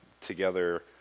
together